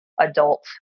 adult